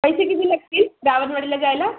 पैसे किती लागतील रावणवाडीला जायला